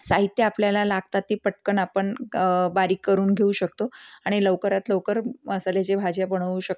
साहित्य आपल्याला लागतात ती पटकन आपण बारीक करून घेऊ शकतो आणि लवकरात लवकर मसाल्याची भाज्या बनवू शकतो